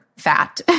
fat